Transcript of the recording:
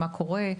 מה קורה,